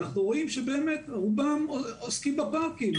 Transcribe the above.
ואנחנו רואים שבאמת רובם עוסקים בפארקים.